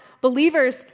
believers